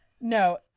No